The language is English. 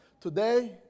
Today